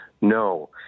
no